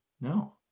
no